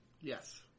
Yes